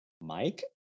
Mike